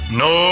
no